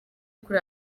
kuri